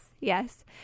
yes